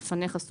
(5)לפניך...